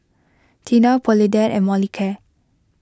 Tena Polident and Molicare